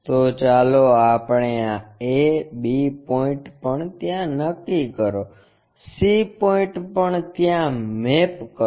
તો ચાલો આપણે આ a b પોઇન્ટ પણ ત્યાં નક્કી કરો c પોઇન્ટ પણ ત્યાં મેપ કરો